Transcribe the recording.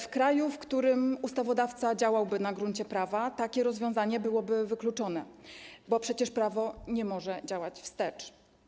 W kraju, w którym ustawodawca działałby na gruncie prawa, takie rozwiązanie byłoby wykluczone, bo przecież prawo nie może działać wstecz.